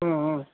অঁ অঁ